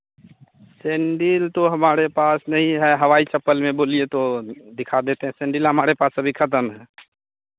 sandal तो हमारे पास नहीं है हवाई चप्पल में बोलिए तो दिखा देते हैं सेंडिल हमारे पास अभी खतम है